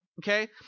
okay